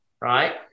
right